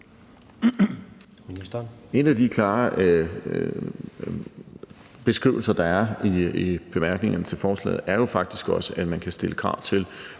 En af de klare beskrivelser, der er i bemærkningerne til forslaget, siger jo faktisk også, at man kan stille krav til,